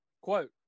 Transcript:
quote